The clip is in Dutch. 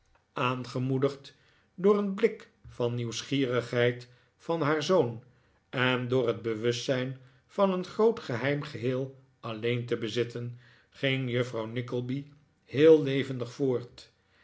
aangemoedigd door een blik van nieuwsgierigheid van haar zoon en door het bewustzijn van een groot geheim geheel alleen te bezitten ging juffrouw nickleby heel levendig voort